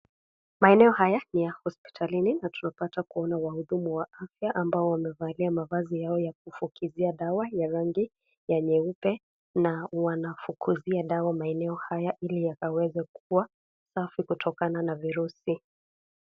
Maeneo haya ni ya hosiptalini na tunapata kuona wahudumu wa afya wamevalia mavazi yao rangi ya nyeupe na wanafukuzia ili wawezekuwa safi kutokana na virusi .